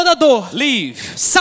leave